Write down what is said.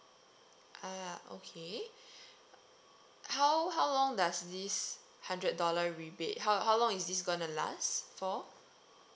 uh okay how how long does this hundred dollar rebate how how long is this gonna last for